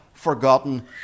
forgotten